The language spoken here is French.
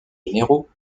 généraux